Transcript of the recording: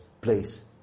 place